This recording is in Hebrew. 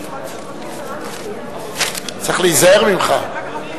צריך להיזהר ממך.